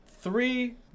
three